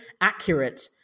accurate